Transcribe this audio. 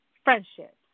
Friendship